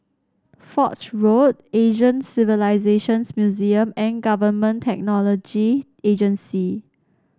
Foch Road Asian Civilisations Museum and Government Technology Agency